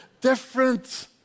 different